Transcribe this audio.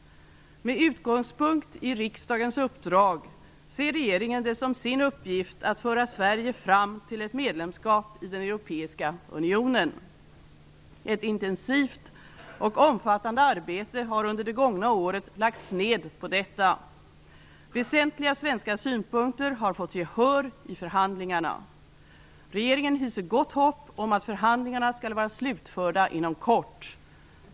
Med utgångspunkt i riksdagens uppdrag ser regeringen det som sin uppgift att föra Sverige fram till ett medlemskap i den europeiska unionen. Ett intensivt och omfattande arbete har under det gångna året lagts ned på detta. Väsentliga svenska synpunkter har fått gehör i förhandlingarna. Regeringen hyser gott hopp om att förhandlingarna skall vara slutförda inom kort.